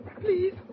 please